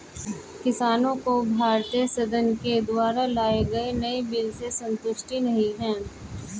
किसानों को भारतीय संसद के द्वारा लाए गए नए बिल से संतुष्टि नहीं है